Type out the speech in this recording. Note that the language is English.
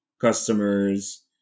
customers